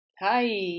Hi